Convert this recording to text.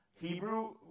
Hebrew